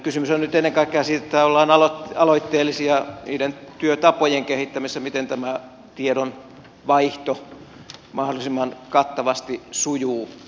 kysymys on nyt ennen kaikkea siitä että ollaan aloitteellisia niiden työtapojen kehittämisessä miten tämä tiedonvaihto mahdollisimman kattavasti sujuu